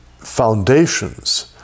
foundations